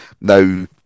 now